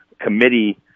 committee